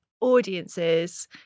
audiences